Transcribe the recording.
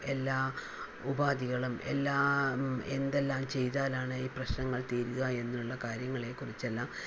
എല്ലാ ഉപാധികളും എല്ലാ എന്തെല്ലാം ചെയ്താലാണ് ഈ പ്രശ്ങ്ങൾ തീരുക എന്നുള്ള കാര്യങ്ങളെ കുറിച്ചെല്ലാം